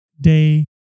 day